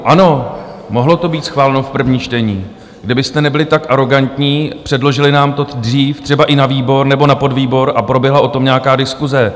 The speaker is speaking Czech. Ano, mohlo to být schváleno v prvním čtení, kdybyste nebyli tak arogantní, předložili nám to dřív třeba i na výbor nebo na podvýbor a proběhla o tom nějaká diskuse.